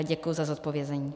Děkuji za zodpovězení.